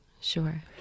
sure